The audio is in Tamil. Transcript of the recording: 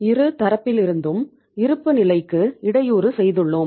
இரு தரப்பிலிருந்தும் இருப்புநிலைக்கு இடையூறு செய்துள்ளோம்